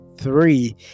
three